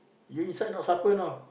you inside not suffer you know